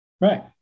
Right